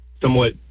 somewhat